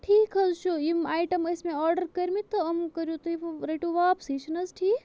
ٹھیٖک حظ چھُ یِم آیٹم ٲسۍ مےٚ آرڈَر کٔرمٕتۍ تہٕ یِم کٔرِو تُہۍ وۅنۍ رٔٹِو واپسٕے چھِنہٕ حظ ٹھیٖک